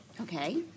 Okay